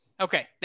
Okay